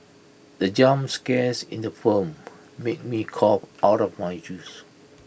the jump scares in the firm made me cough out of my juice